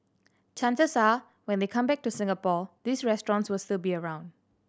chances are when they come back to Singapore these restaurants will still be around